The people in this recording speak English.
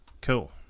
Cool